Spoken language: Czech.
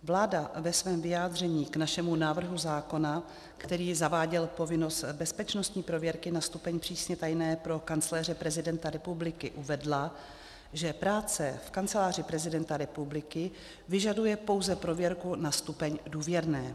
Vláda ve svém vyjádření k našemu návrhu zákona, který zaváděl povinnost bezpečnostní prověrky na stupeň přísně tajné pro kancléře prezidenta republiky, uvedla, že práce v Kanceláři prezidenta republiky vyžaduje pouze prověrku na stupeň důvěrné.